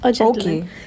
okay